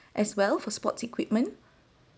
as well for sports equipment